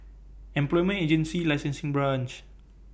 Employment Agency Licensing Branch